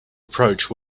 approach